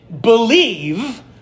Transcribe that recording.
believe